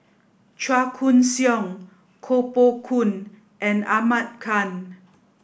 Chua Koon Siong Koh Poh Koon and Ahmad Khan